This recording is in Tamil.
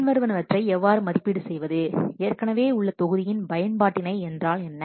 பின்வருவனவற்றை எவ்வாறு மதிப்பீடு செய்வது ஏற்கனவே உள்ள தொகுதியின் பயன்பாட்டினை என்றால் என்ன